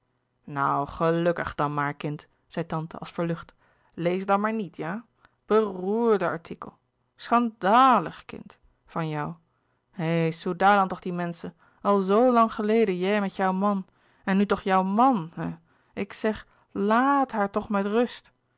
dan maar kind zei tante als verlucht lees dan maar niet ja beroèrrde artikel schandàligh kind van louis couperus de boeken der kleine zielen jou hé soedah dan toch die menschen al s lang gheleden jij met jouw man en nou toch jouw m a n hé ik sèg laa àt haar toch met rust